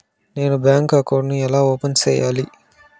నేను bank account ను ఎలా ఓపెన్ సేయాలి?